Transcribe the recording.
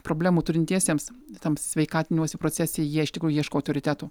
problemų turintiesiems tam sveikatinimosi procese jie iš tikrųjų ieško autoritetų